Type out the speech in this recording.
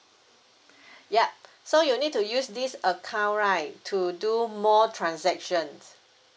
yup so you need to use this account right to do more transactions